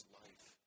life